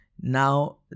Now